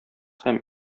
һәм